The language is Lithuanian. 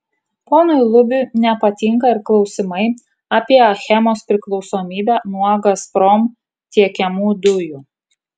ponui lubiui nepatinka ir klausimai apie achemos priklausomybę nuo gazprom tiekiamų dujų